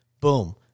boom